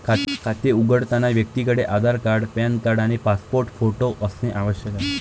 खाते उघडताना व्यक्तीकडे आधार कार्ड, पॅन कार्ड आणि पासपोर्ट फोटो असणे आवश्यक आहे